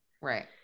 Right